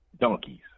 donkeys